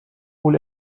wohl